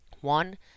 One